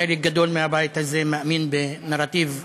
חלק גדול מהבית הזה מאמין בנרטיב מנוגד,